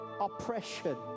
Oppression